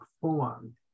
form